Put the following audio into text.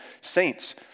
saints